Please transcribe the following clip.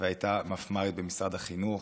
והייתה מפמ"רית במשרד החינוך.